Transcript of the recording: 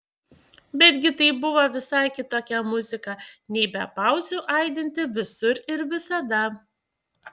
betgi tai buvo visai kitokia muzika nei be pauzių aidinti visur ir visada